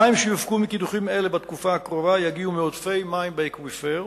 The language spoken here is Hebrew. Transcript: המים שיופקו מקידוחים אלה בתקופה הקרובה יגיעו מעודפי מים באקוויפר,